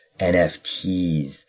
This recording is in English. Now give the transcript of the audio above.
NFTs